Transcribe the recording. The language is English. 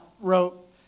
wrote